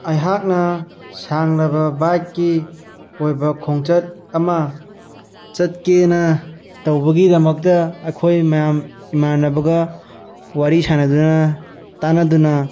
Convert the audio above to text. ꯑꯩꯍꯥꯛꯅ ꯁꯥꯡꯂꯕ ꯕꯥꯏꯛꯀꯤ ꯑꯣꯏꯕ ꯈꯣꯡꯆꯠ ꯑꯃ ꯆꯠꯀꯦꯅ ꯇꯧꯕꯒꯤꯗꯃꯛꯇ ꯑꯩꯈꯣꯏ ꯃꯌꯥꯝ ꯏꯃꯥꯟꯅꯕꯒ ꯋꯥꯔꯤ ꯁꯥꯟꯅꯗꯨꯅ ꯇꯥꯟꯅꯗꯨꯅ